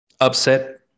upset